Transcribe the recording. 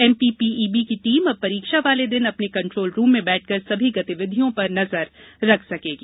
MPPEB की team अब परीक्षा वाले दिन अपने कंट्रोल रूम में बैठकर सभी गतिविधियों पर नजर रख सकेगी